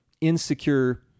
insecure